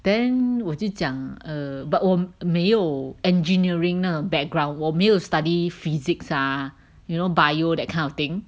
then 我就讲 err but 我没有 engineering 那个 background 我没有 study physics ah you know bio that kind of thing